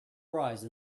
prize